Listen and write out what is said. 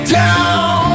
down